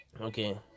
okay